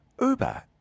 Uber